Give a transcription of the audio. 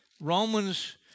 Romans